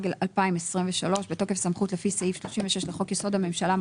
התשפ"ג-2023 בתוקף הסמכות לפי סעיף 36 לחוק-יסוד: הממשלה,